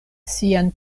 sian